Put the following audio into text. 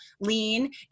lean